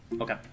Okay